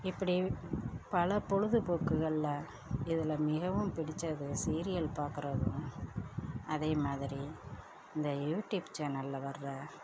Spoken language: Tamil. இப்படி பல பொழுதுபோக்குகளில் இதில் மிகவும் பிடித்தது சீரியல் பார்க்கறது தான் அதே மாதிரி இந்த யூடியூப் சேனலில் வர